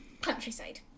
countryside